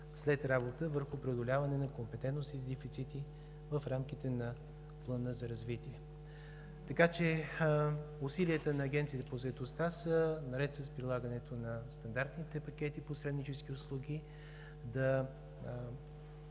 след работа върху преодоляване на компетентностни дефицити в рамките на Плана за развитие. Усилията на Агенцията по заетостта, наред с прилагането на стандартните пакети посреднически услуги, са